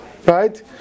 Right